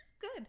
Good